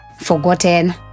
forgotten